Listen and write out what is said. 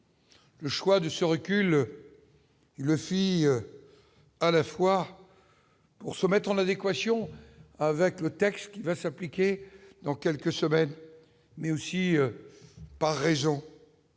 Le choix de ce recul, le fini à la fois pour se mettre en adéquation avec le texte qui va s'appliquer dans quelques semaines, mais aussi par raison.